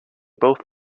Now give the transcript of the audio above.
both